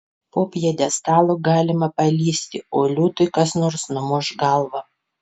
po pjedestalu galima palįsti o liūtui kas nors numuš galvą